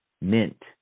Mint